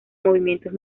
movimientos